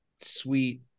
sweet